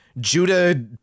Judah